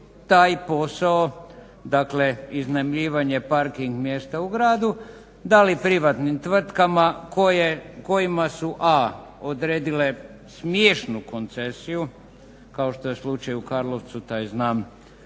taj posao dakle iznajmljivanje parking mjesta u gradu dali privatnim tvrtkama kojima su a) odredile smiješnu koncesiju kao što je slučaj u Karlovcu, taj znam